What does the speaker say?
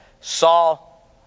Saul